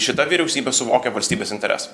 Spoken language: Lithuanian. šita vyriausybė suvokia valstybės interesą